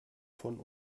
von